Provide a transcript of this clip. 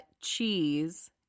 cheese